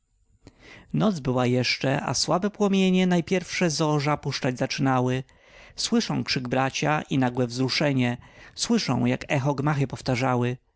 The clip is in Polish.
noc była jeszcze a słabe promienie najpierwsze zorza puszczać zaczynały słyszą krzyk bracia i nagłe wzruszenie słyszą jak echo gmachy powtarzały